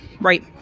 right